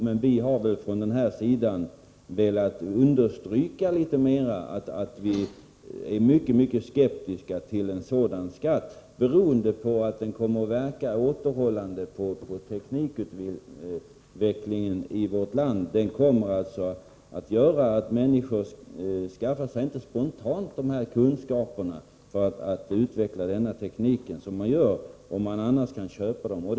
Men vi har väl från vår sida kraftigare velat understryka att vi är mycket, mycket skeptiska till en sådan skatt, beroende på att skatten kommer att verka återhållande på teknikutvecklingen i vårt land. Den kommer alltså att göra att människor inte spontant skaffar sig de kunskaper som man eljest skaffar sig, om man kan köpa datorer.